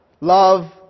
Love